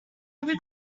every